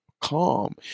calm